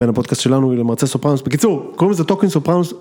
בין הפודקאסט שלנו ולמרצה סופרנוס, בקיצור קוראים לזה טוקוין סופרנוס.